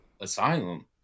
asylum